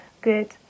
good